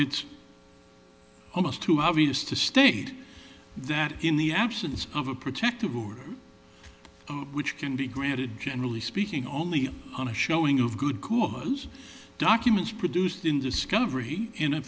it's almost too obvious to state that in the absence of a protective order which can be granted generally speaking only on a showing of good cause documents produced in discovery in a